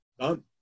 done